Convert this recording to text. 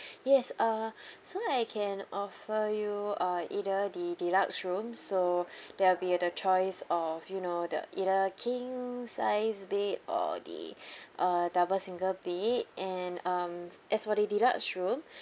yes uh so I can offer you uh either the deluxe room so there will be at the choice of you know the either king sized bed or the uh double single bed and um as for the deluxe room